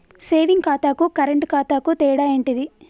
Saving ఖాతాకు current ఖాతాకు తేడా ఏంటిది?